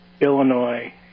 Illinois